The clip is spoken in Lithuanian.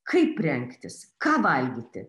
kaip rengtis ką valgyti